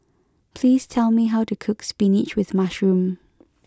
please tell me how to cook spinach with mushroom